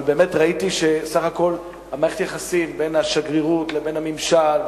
אבל ראיתי שבסך הכול מערכת היחסים בין השגרירות לבין הממשל,